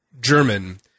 German